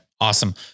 Awesome